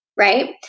right